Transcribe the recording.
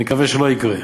נקווה שלא יקרה.